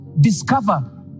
discover